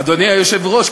אדוני היושב-ראש,